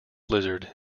lizard